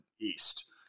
East